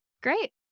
great